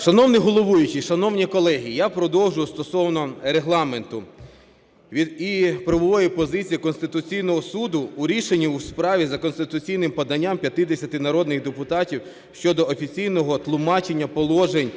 Шановний головуючий, шановні колеги, я продовжу стосовно Регламенту і правової позиції Конституційного Суду у рішенні у справі за конституційним поданням 50 народних депутатів щодо офіційного тлумачення положень